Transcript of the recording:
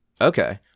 Okay